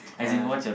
uh